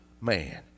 man